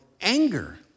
anger